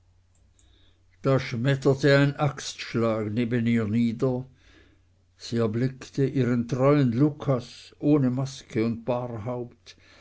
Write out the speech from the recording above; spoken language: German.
da schmetterte ein axtschlag neben ihr nieder sie erblickte ihren treuen lucas ohne maske und